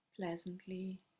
pleasantly